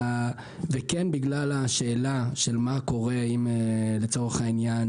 וכן בגלל השאלה של מה קורה אם לצורך העניין